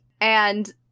and-